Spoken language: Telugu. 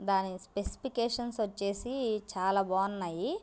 దాని స్పెసిఫికేషన్స్ వచ్చేసి చాలా బాగున్నాయి